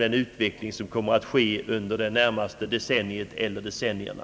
Den utveckling som kommer att ske under det närmaste decenniet eller de närmaste decennierna kommer kanske att göra det nödvändigt att korrigera beslutet av i dag.